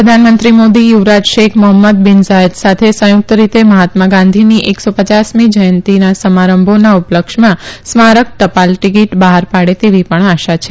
પ્રધાનમંત્રી મોદી યુવારાજ Sheikh Mohammed bin Zayed સાથે સંયુકત રીતે મહાત્મા ગાંધીની એકસો પયાસમી જયંતી સમારંભોના ઉપલક્ષ્યમાં સ્મારક ટપાલ ટીકીટ બહાર પાડે તેવી પણ આશા છે